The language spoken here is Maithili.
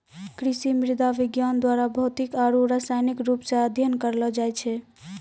कृषि मृदा विज्ञान द्वारा भौतिक आरु रसायनिक रुप से अध्ययन करलो जाय छै